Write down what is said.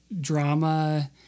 drama